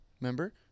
Remember